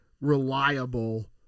reliable